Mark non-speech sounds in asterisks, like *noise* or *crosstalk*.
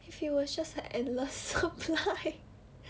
if it was just a endless supply *laughs*